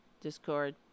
Discord